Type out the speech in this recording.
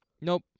Nope